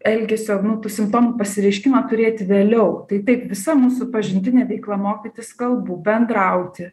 elgesio nu tų simptomų pasireiškimą turėti vėliau tai taip visa mūsų pažintinė veikla mokytis kalbų bendrauti